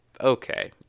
okay